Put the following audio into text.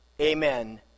amen